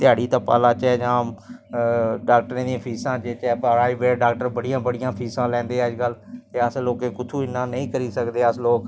इक घर चार फोन होन न ते चार फोन होंदे हुंदै कौल अज्ज कल पता लगी जंदा पैह्लै हे जिंदे लौकैं कोल निहे होंदे फोन हुंदै दस लोक भाई